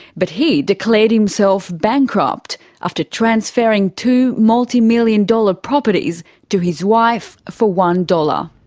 but he declared himself bankrupt after transferring two multimillion-dollar properties to his wife for one dollars.